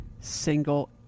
single